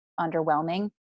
underwhelming